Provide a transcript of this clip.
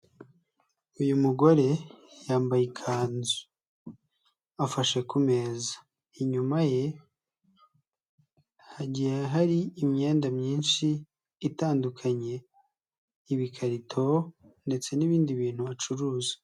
Uyu mugore yambaye ikanzu afashe ku meza inyuma ye hari imyenda myinshi itandukanye ibikarito ndetse n'ibindi bintu acuruza.